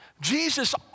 Jesus